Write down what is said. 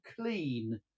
clean